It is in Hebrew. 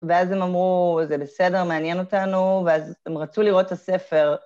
ואז הם אמרו, זה בסדר, מעניין אותנו, ואז הם רצו לראות הספר.